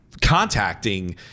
contacting